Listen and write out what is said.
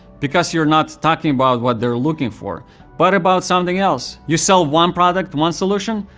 because you are not talking about what they are looking for but about something else. you sell one product, one solution,